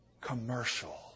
commercial